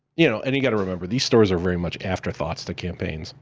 you know, and you gotta remember, these stores are very much afterthoughts to campaigns.